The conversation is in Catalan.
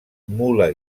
mula